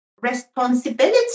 Responsibility